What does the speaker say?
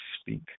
speak